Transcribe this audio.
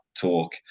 talk